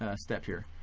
ah step here.